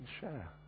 share